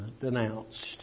denounced